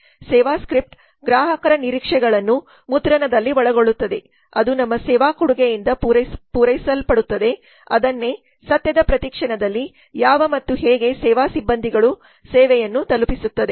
ಸೇವಾ ಸ್ಕ್ರಿಪ್ಟ್ ಗ್ರಾಹಕರ ನಿರೀಕ್ಷೆಗಳನ್ನು ಮುದ್ರಣದಲ್ಲಿ ಒಳಗೊಳ್ಳುತ್ತದೆ ಅದು ನಮ್ಮ ಸೇವಾ ಕೊಡುಗೆಯಿಂದ ಪೂರೈಸಲ್ಪಡುತ್ತದೆ ಅದನ್ನೇ ಸತ್ಯದ ಪ್ರತಿ ಕ್ಷಣದಲ್ಲಿ ಯಾವ ಮತ್ತು ಹೇಗೆ ಸೇವಾ ಸಿಬ್ಬಂದಿಗಳು ಸೇವೆಯನ್ನು ತಲುಪಿಸುತ್ತದೆ